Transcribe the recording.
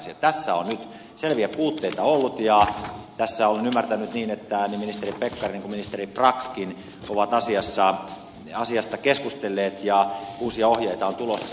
tässä on nyt selviä puutteita ollut ja tässä olen ymmärtänyt niin että niin ministeri pekkarinen kuin ministeri braxkin ovat asiasta keskustelleet ja uusia ohjeita on tulossa